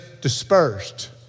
dispersed